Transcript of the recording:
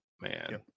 man